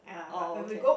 oh okay